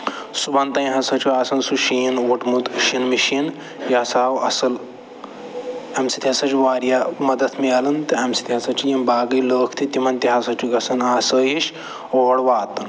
صُبحَن تام ہسا چھِ آسان سُہ شیٖن ووٚٹمُت شیٖنہٕ مٔشیٖنہِ یہِ ہسا آو اَصٕل اَمہِ سۭتۍ ہسا چھِ واریاہ مدد مِلان تہٕ اَمہِ سۭتۍ ہسا چھِ یِم باقٕے لُکھ تہِ تِمَن تہِ ہسا چھُ گژھان آسٲیِش اور واتُن